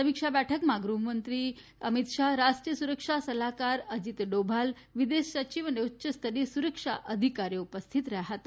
સમીક્ષા બેઠકમાં ગૃહમંત્રી અમિત શાહ રાષ્ટ્રીય સુરક્ષા સલાહકાર અજીત ડોભાલ વિદેશ સચિવ અને ઉચ્યસ્તરીય સુરક્ષા અધિકારીઓ ઉપસ્થિત રહયાં હતા